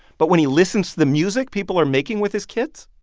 but when he listens to the music people are making with his kits.